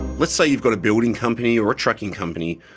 let's say you've got a building company or a trucking company,